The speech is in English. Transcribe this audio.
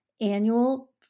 annual